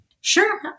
Sure